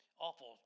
Awful